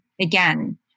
again